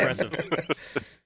impressive